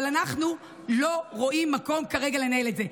אבל אנחנו לא רואים מקום כרגע לנהל את זה.